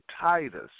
Titus